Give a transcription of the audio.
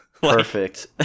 Perfect